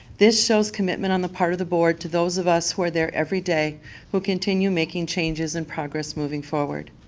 this shows commitment on the part of the board to those of us were there every day who continue making changes in progress moving forward.